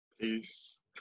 peace